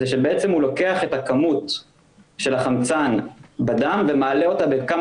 הוא לוקח את הכמות של החמצן בדם ומעלה אותה בכמה